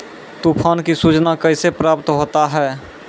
तुफान की सुचना कैसे प्राप्त होता हैं?